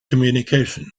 communication